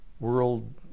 World